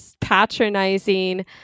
patronizing